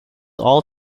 all